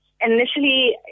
initially